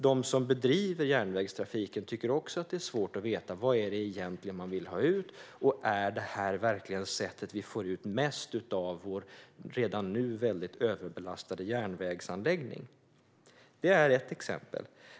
De som bedriver järnvägstrafiken tycker också att det är svårt att veta vad det egentligen är som man vill ha ut och om det här verkligen är sättet som man får ut mest av vår redan nu väldigt överbelastade järnvägsanläggning. Det är ett exempel.